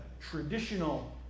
traditional